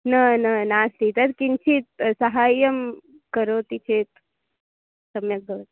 न न नास्ति तद् किञ्चित् सहायं करोति चेत् सम्यक् भवति